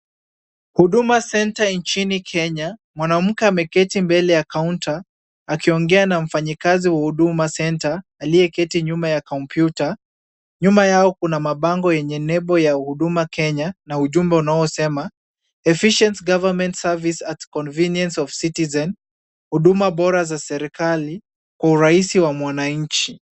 Huduma Centre nchini Kenya, mwanamke ameketi mbele ya kaunta, akiongea na mfanyikkazi wa Huduma Centre aliyeketi nyuma ya kompyuta. Nyuma yao kuna mabango yenye nembo ya Huduma Kenya na ujumbe unaosema efficient government service at convenience of citizens , huduma bora za serikali, kwa urahisi wa wananchi.